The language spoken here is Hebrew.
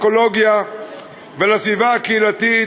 לאקולוגיה ולסביבה הקהילתית,